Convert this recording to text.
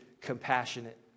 compassionate